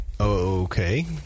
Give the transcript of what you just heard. Okay